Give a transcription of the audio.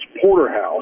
porterhouse